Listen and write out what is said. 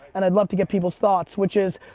and i'd love to get people's thoughts, which is,